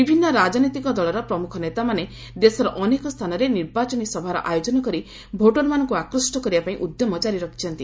ବିଭିନ୍ନ ରାଜନୈତିକ ଦଳର ପ୍ରମୁଖ ନେତାମାନେ ଦେଶର ଅନେକ ସ୍ଥାନରେ ନିର୍ବାଚନୀ ସଭାର ଆୟୋଜନ କରି ଭୋଟରମାନଙ୍କୁ ଆକୃଷ୍ଟ କରିବା ପାଇଁ ଉଦ୍ୟମ ଜାରି ରଖିଛନ୍ତି